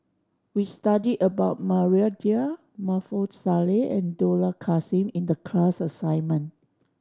we studied about Maria Dyer Maarof Salleh and Dollah Kassim in the class assignment